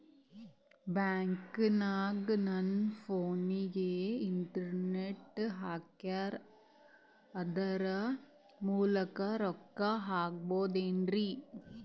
ಬ್ಯಾಂಕನಗ ನನ್ನ ಫೋನಗೆ ಇಂಟರ್ನೆಟ್ ಹಾಕ್ಯಾರ ಅದರ ಮೂಲಕ ರೊಕ್ಕ ಹಾಕಬಹುದೇನ್ರಿ?